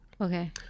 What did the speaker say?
Okay